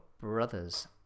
brother's